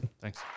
Thanks